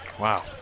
Wow